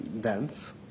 Dance